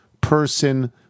person